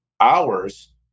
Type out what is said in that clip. hours